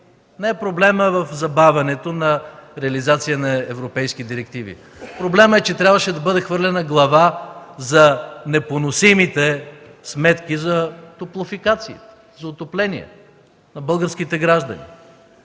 не е в забавянето на реализация на европейски директиви, проблемът е, че трябваше да бъде хвърлена глава за непоносимите сметки за топлофикация, за отопление на българските граждани.